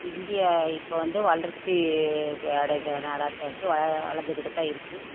India இப்போ வந்து வளர்ச்சி அடைந்த நாடாக தான் இருக்குது வள வளர்ந்து கிட்டு தான் இருக்குது